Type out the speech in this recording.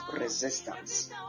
resistance